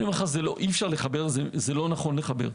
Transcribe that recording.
אני אומר: לא נכון לחבר.